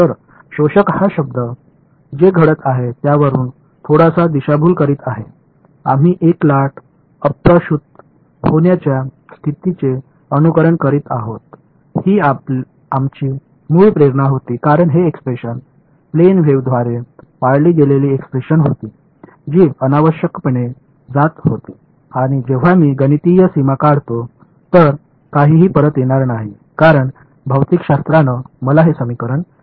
तर शोषक हा शब्द जे घडत आहे त्यावरून थोडासा दिशाभूल करीत आहे आम्ही एक लाट अप्रशुत होण्याच्या स्थितीचे अनुकरण करीत आहोत ही आमची मूळ प्रेरणा होती कारण हे एक्सप्रेशन प्लेन वेव्हद्वारे पाळली गेलेली एक्सप्रेशन होती जी अनावश्यकपणे जात होती आणि जेव्हा मी गणितीय सीमा काढतो तर काहीही परत येणार नाही कारण भौतिकशास्त्रानं मला हे समीकरण दिलं आहे